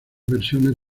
versiones